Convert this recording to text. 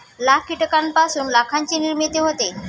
लाख कीटकांपासून लाखाची निर्मिती होते